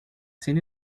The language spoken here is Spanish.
sin